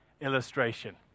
illustration